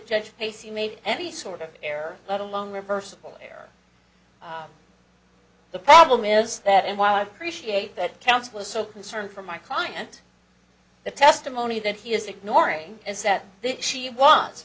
judge casey made any sort of air let alone reversible error the problem is that and while i appreciate that counsel is so concerned for my client the testimony that he is ignoring is that she wa